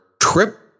trip